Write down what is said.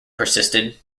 persisted